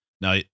Now